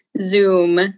Zoom